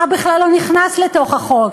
מה בכלל לא נכנס לתוך החוק.